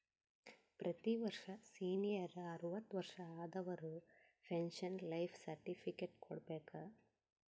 ಪ್ರತಿ ವರ್ಷ ಸೀನಿಯರ್ ಅರ್ವತ್ ವರ್ಷಾ ಆದವರು ಪೆನ್ಶನ್ ಲೈಫ್ ಸರ್ಟಿಫಿಕೇಟ್ ಕೊಡ್ಬೇಕ